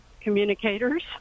communicators